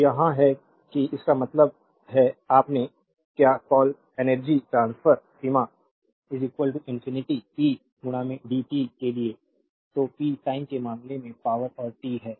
तो यहां है कि इसका मतलब है अपने क्या कॉल एनर्जी ट्रांसफर सीमा 0 इन्फिनिटी पी डीटी के लिए तो पी टाइम के मामले में पावरऔर टी है